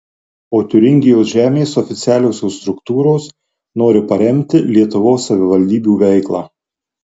o tiūringijos žemės oficialiosios struktūros nori paremti lietuvos savivaldybių veiklą